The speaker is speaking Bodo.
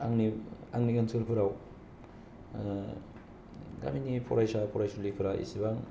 आंनि आंनि ओनसोलफोराव गामिनि फरायसा फरायसुलिफोरा एसेबां